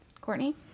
Courtney